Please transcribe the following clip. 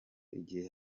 igihe